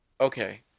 Okay